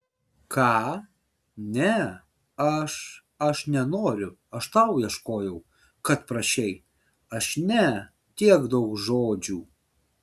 ką ne aš aš nenoriu aš tau ieškojau kad prašei aš ne tiek daug žodžių